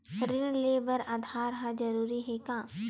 ऋण ले बर आधार ह जरूरी हे का?